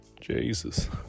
Jesus